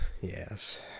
Yes